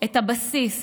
את הבסיס,